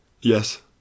Yes